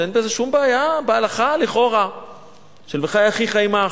אין בזה לכאורה שום בעיה, בהלכה של "חי אחיך עמך".